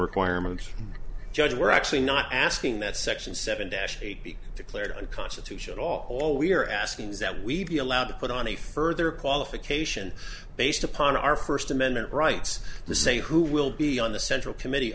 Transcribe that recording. requirements judge we're actually not asking that section seven dash eight be declared unconstitutional all all we're asking is that we be allowed to put on a further qualification based upon our first amendment rights to say who will be on the central committee